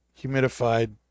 humidified